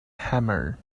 hammer